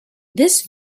this